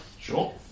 Sure